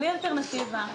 בלי אלטרנטיבה,